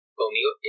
conmigo